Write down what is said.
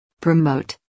Promote